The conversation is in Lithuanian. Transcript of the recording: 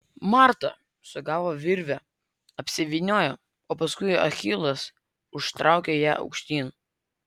marta sugavo virvę apsivyniojo o paskui achilas užtraukė ją aukštyn